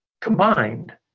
combined